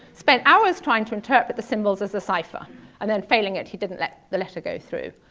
spent hours trying to interpret the symbols as a cipher and then failing it, he didn't let the letter go through.